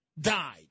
died